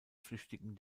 flüchtigen